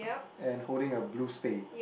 and holding a blue spade